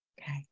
Okay